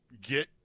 get